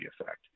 effect